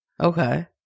Okay